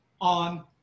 on